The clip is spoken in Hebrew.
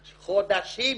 חודשים.